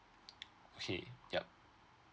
okay yup